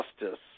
justice